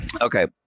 okay